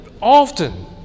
often